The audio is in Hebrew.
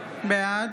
בעד